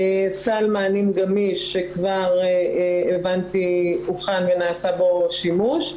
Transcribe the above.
סל מענים גמיש שכבר הובלתי, הוכן, ונעשה בו שימוש.